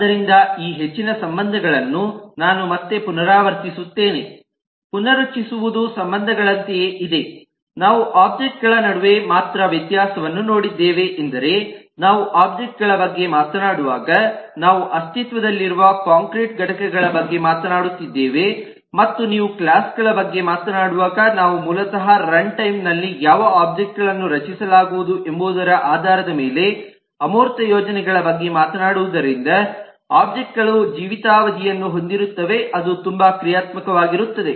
ಆದ್ದರಿಂದ ಈ ಹೆಚ್ಚಿನ ಸಂಬಂಧಗಳನ್ನು ನಾನು ಮತ್ತೆ ಪುನರಾವರ್ತಿಸುತ್ತೇನೆ ಪುನರುಚ್ಚರಿಸುವುದು ಸಂಬಂಧಗಳಂತೆಯೇ ಇದೆ ನಾವು ಒಬ್ಜೆಕ್ಟ್ ಗಳ ನಡುವೆ ಮಾತ್ರ ವ್ಯತ್ಯಾಸವನ್ನು ನೋಡಿದ್ದೇವೆ ಎಂದರೆ ನಾವು ಒಬ್ಜೆಕ್ಟ್ ಗಳ ಬಗ್ಗೆ ಮಾತನಾಡುವಾಗ ನಾವು ಅಸ್ತಿತ್ವದಲ್ಲಿರುವ ಕಾಂಕ್ರೀಟ್ ಘಟಕಗಳ ಬಗ್ಗೆ ಮಾತನಾಡುತ್ತಿದ್ದೇವೆ ಮತ್ತು ನೀವು ಕ್ಲಾಸ್ ಗಳ ಬಗ್ಗೆ ಮಾತನಾಡುವಾಗ ನಾವು ಮೂಲತಃ ರನ್ಟೈಂ ನಲ್ಲಿ ಯಾವ ಒಬ್ಜೆಕ್ಟ್ ಗಳನ್ನು ರಚಿಸಲಾಗುವುದು ಎಂಬುವುದರ ಆಧಾರದ ಮೇಲೆ ಅಮೂರ್ತ ಯೋಜನೆಗಳ ಬಗ್ಗೆ ಮಾತನಾಡುವುದರಿಂದ ಒಬ್ಜೆಕ್ಟ್ ಗಳು ಜೀವಿತಾವಧಿಯನ್ನು ಹೊಂದಿರುತ್ತವೆ ಅದು ತುಂಬಾ ಕ್ರಿಯಾತ್ಮಕವಾಗಿರುತ್ತದೆ